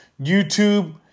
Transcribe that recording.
YouTube